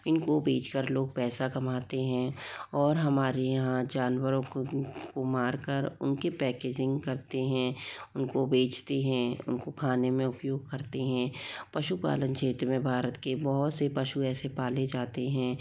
इनको बेचकर लोग पैसा कमाते हैं और हमारे यहाँ जानवरों को को मारकर उनकी पैकेजिंग करते हैं उनको बेचते हैं उनको खाने में उपयोग करते हैं पशु पालन क्षेत्र में भारत के बहुत से पशु ऐसे पाले जाते हैं